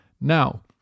Now